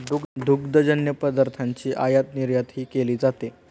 दुग्धजन्य पदार्थांची आयातनिर्यातही केली जाते